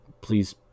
please